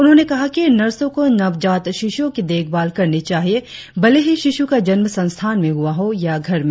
उन्होंने कहा कि नर्सों को नवजात शिशुओं की देखभाल करनी चाहिए भले ही शिशु का जन्म संस्थान में हुआ हो या घर में